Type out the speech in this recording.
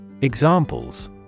Examples